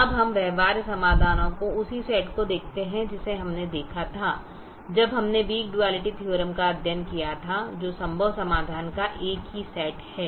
अब हम व्यवहार्य समाधानों के उसी सेट को देखते हैं जिसे हमने देखा था जब हमने वीक डुआलिटी थीओरम का अध्ययन किया था जो संभव समाधान का एक ही सेट है